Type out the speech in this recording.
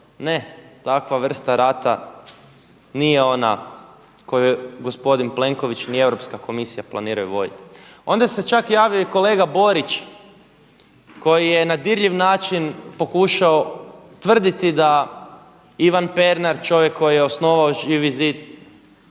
ne takva vrsta rata nije ona koju gospodin Plenković niti Europska komisija planiraju voditi. Onda se čak javio i kolega Borić koji je na dirljiv način pokušao tvrditi da Ivan Pernar čovjek koji je osnovao Živi zid,